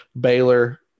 Baylor